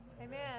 Amen